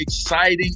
exciting